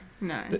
no